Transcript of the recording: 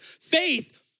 faith